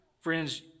friends